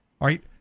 right